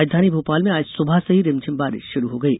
राजधानी भोपाल में सुबह से ही रिमझिम बारिश शुरू हो गयी